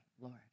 Lord